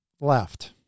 left